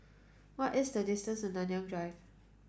what is the distance to Nanyang Drive